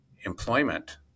employment